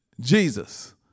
Jesus